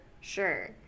Sure